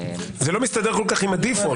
זה לא כל כך מסתדר עם הדיפולט.